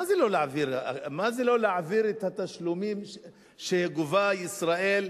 מה זה לא להעביר את התשלומים שגובה ישראל,